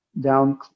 down